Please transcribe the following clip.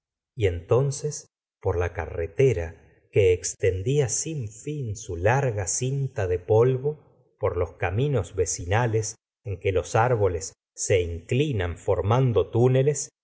y entonces por la carretera que extendía sin fin su larga cinta de polvo por los caminos vecinales en que los árboles se inclinan formando túneles